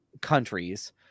countries